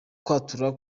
kwatura